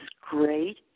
great